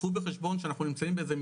קחו בחשבון שאנחנו נמצאים באיזה,